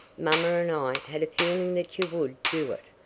mamma and i had a feeling that you would do it.